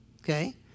okay